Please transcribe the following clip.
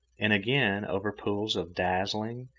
and again over pools of dazzling,